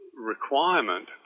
requirement